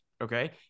okay